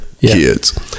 kids